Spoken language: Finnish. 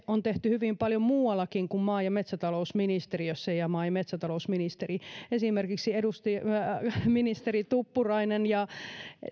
on tehty hyvin paljon muuallakin kuin maa ja metsätalousministeriössä ja maa ja metsätalousministeri esimerkiksi ministeri tuppurainen ja